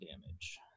damage